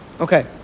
Okay